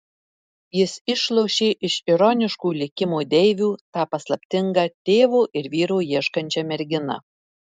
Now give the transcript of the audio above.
jis išlošė iš ironiškų likimo deivių tą paslaptingą tėvo ir vyro ieškančią merginą